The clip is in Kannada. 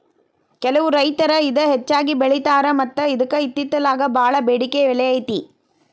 ಕೆಲವು ರೈತರು ಇದ ಹೆಚ್ಚಾಗಿ ಬೆಳಿತಾರ ಮತ್ತ ಇದ್ಕ ಇತ್ತಿತ್ತಲಾಗ ಬಾಳ ಬೆಡಿಕೆ ಬೆಲೆ ಐತಿ